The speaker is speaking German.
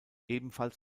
ebenfalls